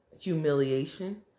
humiliation